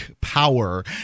power